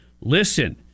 listen